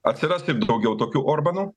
atsirasti daugiau tokių orbanų